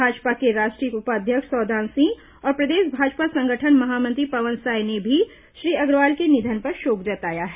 भाजपा के राष्ट्रीय उपाध्यक्ष सौदान सिंह और प्रदेश भाजपा संगठन महामंत्री पवन साय ने भी श्री अग्रवाल के निधन पर शोक जताया है